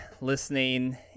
listening